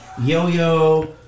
Yo-Yo